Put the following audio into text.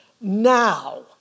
Now